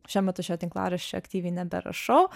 šiuo metu šio tinklaraščio aktyviai neberašau